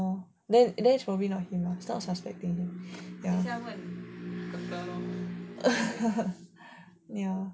oh then it's probably not him lah I suspecting only